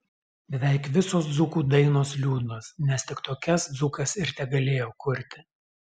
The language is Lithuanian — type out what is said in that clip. beveik visos dzūkų dainos liūdnos nes tik tokias dzūkas ir tegalėjo kurti